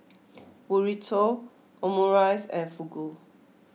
Burrito Omurice and Fugu